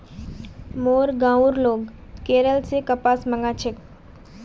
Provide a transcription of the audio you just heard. मोर गांउर लोग केरल स कपास मंगा छेक